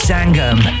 Sangam